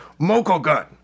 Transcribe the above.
Mokogun